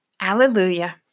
Alleluia